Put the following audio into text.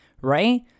right